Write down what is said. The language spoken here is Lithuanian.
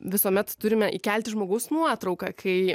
visuomet turime įkelti žmogaus nuotrauką kai